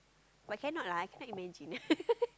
but cannot lah I cannot imagine